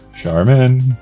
Charmin